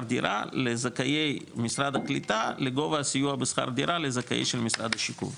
דירה לזכאי משרד הקליטה לגובה הסיוע בשכר דירה לזכאים של משרד השיכון.